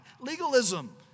Legalism